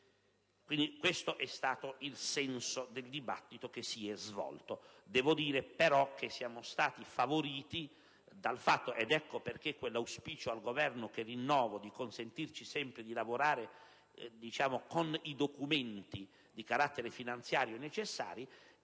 Questo è stato il senso del dibattito che si è svolto. Devo dire però che siamo stati favoriti dal fatto - ed ecco il senso dell'auspicio rivolto al Governo, che rinnovo, di consentirci sempre di lavorare con i necessari documenti di carattere finanziario - che